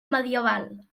medieval